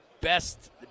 best